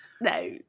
No